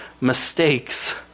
mistakes